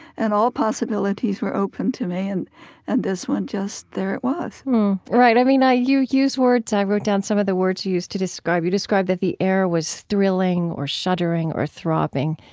and all possibilities were open to me, and and this one just there it was right. i mean you use words i wrote down some of the words you used to describe. you described that the air was thrilling or shuddering or throbbing,